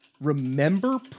Remember